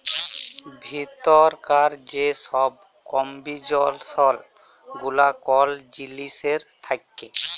ভিতরকার যে ছব কম্পজিসল গুলা কল জিলিসের থ্যাকে